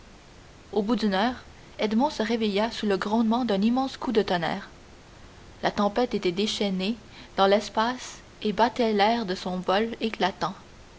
au bout d'une heure edmond se réveilla sous le grondement d'un immense coup de tonnerre la tempête était déchaînée dans l'espace et battait l'air de son vol éclatant